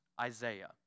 Isaiah